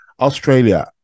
Australia